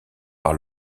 par